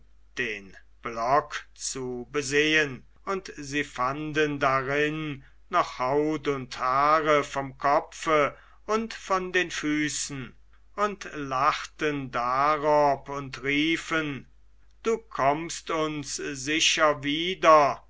den block zu besehen und sie fanden darin noch haut und haare vom kopfe und von den füßen und lachten darob und riefen du kommst uns sicher wieder